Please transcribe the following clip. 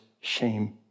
shame